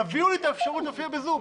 תביאו לי את האפשרות להופיע ב"זום".